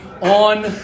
on